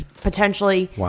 potentially